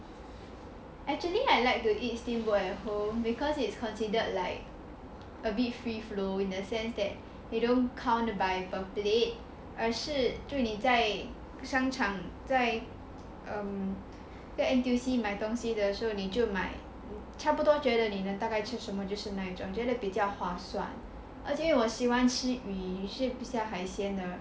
actually I like to eat steamboat at home because it is considered like a bit free flow in the sense that they don't count by per plate 可是如果你在商场在 um N_T_U_C 买东西的时候就买差不多觉得你那大概吃什么就是那一种觉得比较划算因为我喜欢吃鱼谁不喜欢海鲜 ah